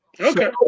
Okay